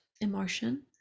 emotion